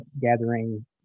gathering